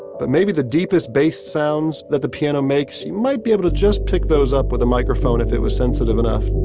but maybe the deepest bass sounds that the piano makes, you might be able to just pick those up with a microphone if it was sensitive enough